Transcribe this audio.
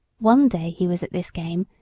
one day he was at this game,